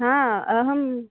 हा अहम्